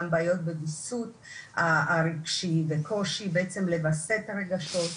גם בעיות בוויסות הרגשי וקושי בעצם לווסת את הרגשות.